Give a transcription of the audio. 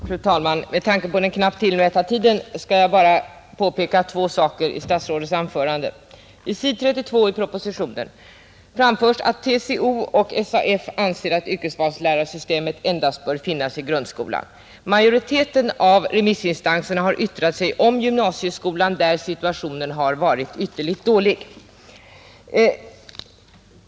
Fru talman! Med tanke på den knappt tillmätta tiden skall jag bara beröra två saker i statsrådets anförande. På s. 32 i propositionen framförs att TCO och SAF anser att yrkesvalslärarsystemet bör finnas i grundskolan. Majoriteten av remissinstanserna har yttrat sig om gymnasieskolan, där situationen varit ytterst dålig.